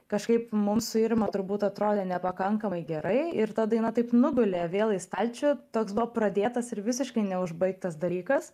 kažkaip mums su irma turbūt atrodė nepakankamai gerai ir ta daina taip nugulė vėl į stalčių toks buvo pradėtas ir visiškai neužbaigtas dalykas